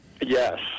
yes